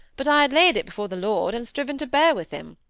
but i had laid it before the lord, and striven to bear with him.